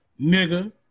nigga